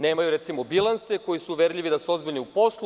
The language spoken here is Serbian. Nemaju recimo bilanse koji su uverljivi da su ozbiljni u poslu.